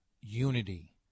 Unity